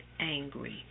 angry